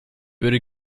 würde